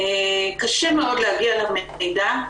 קשה מאוד להגיע למידע.